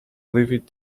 livid